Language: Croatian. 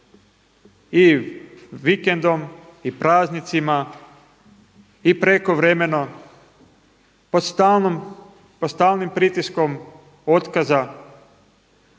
i vikendom i praznicima i prekovremeno pod stalnim pritiskom otkaza,